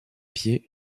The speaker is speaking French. pieds